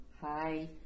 Hi